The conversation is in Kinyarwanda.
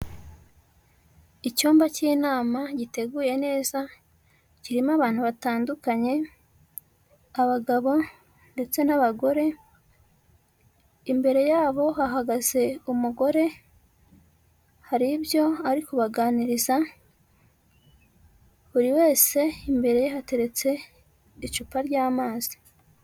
Icyumba cy'inama giteguye neza, kirimo abantu batandukanye, abagabo ndetse n'abagore, imbere yabo hahagaze umugore hari ibyo ari kubaganiriza, buri wese imbere ye hateretse icupa ry'amazi.